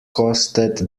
kostet